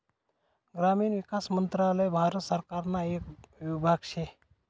ग्रामीण विकास मंत्रालय भारत सरकारना येक विभाग शे